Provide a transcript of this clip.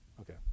Okay